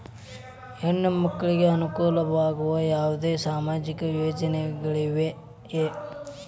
ಹೆಣ್ಣು ಮಕ್ಕಳಿಗೆ ಅನುಕೂಲವಾಗುವ ಯಾವುದೇ ಸಾಮಾಜಿಕ ಯೋಜನೆಗಳಿವೆಯೇ?